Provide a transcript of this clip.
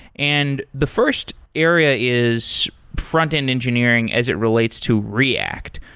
and the first area is frontend engineering as it relates to react.